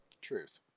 Truth